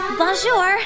bonjour